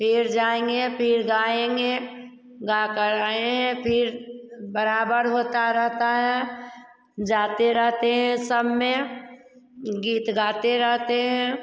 फिर जाएँगे फिर गाएँगे गाकर आए हैं फिर बराबर होता रहता है जाते रहते हैं सब में गीत गाते रहते हैं